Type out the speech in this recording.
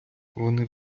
вони